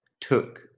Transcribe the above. took